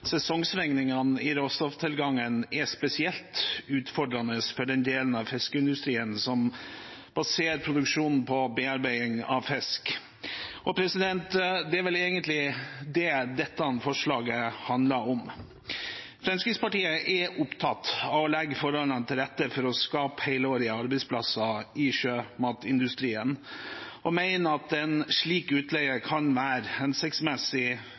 i råstofftilgangen er spesielt utfordrende for den delen av fiskeindustrien som baserer produksjonen på bearbeiding av fisk. Og det er vel egentlig det dette forslaget handler om. Fremskrittspartiet er opptatt av å legge forholdene til rette for å skape helårlige arbeidsplasser i sjømatindustrien og mener at en slik utleie kan være et hensiktsmessig